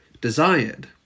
desired